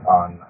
on